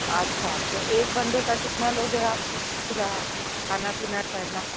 अच्छा तो एक बंदे का कितना लोगे आप फिर खाना पीना ठहरना